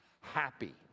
happy